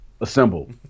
assembled